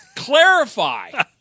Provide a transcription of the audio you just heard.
clarify